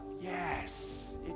Yes